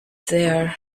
there